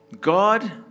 God